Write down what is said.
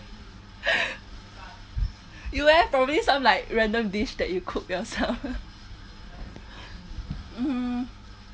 you leh probably like some like random dish that you cook yourself mm